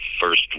first